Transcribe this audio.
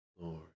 Lord